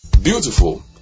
Beautiful